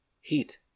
heat